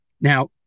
Now